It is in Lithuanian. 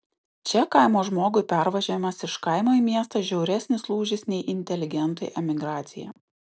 čia kaimo žmogui pervažiavimas iš kaimo į miestą žiauresnis lūžis nei inteligentui emigracija